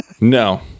No